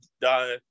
die